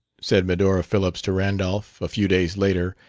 said medora phillips to randolph, a few days later,